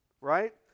right